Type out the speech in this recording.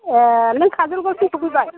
एह नों काजलगावसिम सौफैबाय